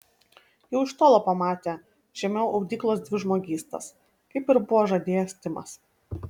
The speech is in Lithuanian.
jau iš tolo pamatė žemiau audyklos dvi žmogystas kaip ir buvo žadėjęs timas